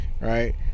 Right